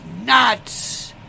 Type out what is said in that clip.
nuts